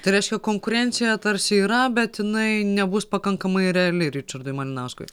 tai reiškia konkurencija tarsi yra bet jinai nebus pakankamai reali ričardui malinauskui